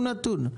תתנו נתון.